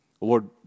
Lord